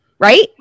Right